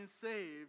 saved